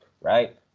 right